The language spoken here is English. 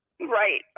Right